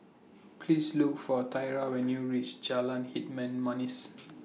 Please Look For Thyra when YOU REACH Jalan Hitam Manis